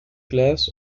glass